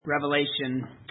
Revelation